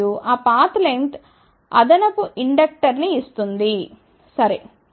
మరియు ఆ path length అదనపు ఇండక్టర్ ని ఇస్తుంది సరే